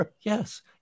yes